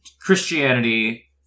Christianity